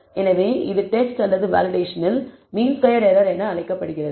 எனவே இது டெஸ்ட் அல்லது வேலிடேஷனில் மீன் ஸ்கொயர்ட் எரர் என்று அழைக்கப்படுகிறது